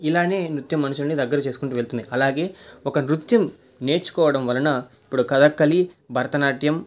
ఇలానే నృత్యం మనుషులని దగ్గర చేసుకుంటూ వెళుతుంది అలాగే ఒక నృత్యం నేర్చుకోవడం వలన ఇప్పుడు కథాకళి భరతనాట్యం